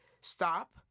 stop